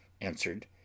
answered